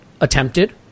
attempted